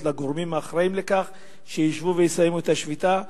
לגורמים האחראים לכך שישבו ויסיימו את השביתה,